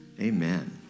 amen